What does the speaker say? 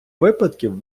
випадків